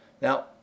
Now